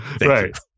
Right